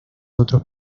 otros